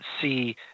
see